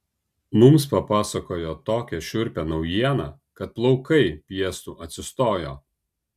mums papasakojo tokią šiurpią naujieną kad plaukai piestu atsistojo